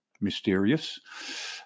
Mysterious